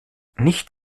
nicht